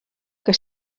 que